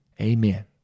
Amen